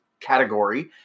category